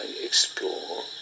explore